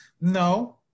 No